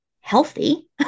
healthy